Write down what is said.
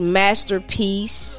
masterpiece